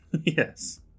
Yes